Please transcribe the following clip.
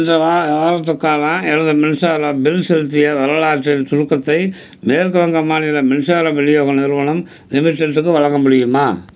சென்ற வார வாரத்துக்கான எனது மின்சார பில் செலுத்திய வரலாற்றின் சுருக்கத்தை மேற்கு வங்க மாநில மின்சார விநியோக நிறுவனம் லிமிடெட்டுக்கு வழங்க முடியுமா